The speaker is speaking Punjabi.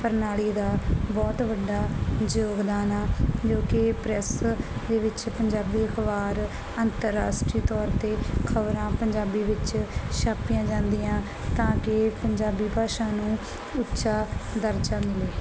ਪਰਨਾਲੀ ਦਾ ਬਹੁਤ ਵੱਡਾ ਯੋਗਦਾਨ ਆ ਜੋ ਕਿ ਪ੍ਰੈਸ ਦੇ ਵਿੱਚ ਪੰਜਾਬੀ ਅਖਬਾਰ ਅੰਤਰਰਾਸ਼ਟਰੀ ਤੌਰ ਤੇ ਖਬਰਾਂ ਪੰਜਾਬੀ ਵਿੱਚ ਛਾਪੀਆਂ ਜਾਂਦੀਆਂ ਤਾਂ ਕਿ ਪੰਜਾਬੀ ਭਾਸ਼ਾ ਨੂੰ ਉੱਚਾ ਦਰਜਾ ਮਿਲੇ